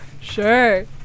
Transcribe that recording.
Sure